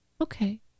okay